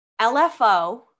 LFO